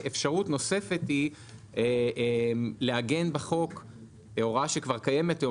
אפשרות נוספת היא לעגן בחוק הוראה שכבר קיימת כיום